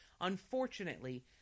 Unfortunately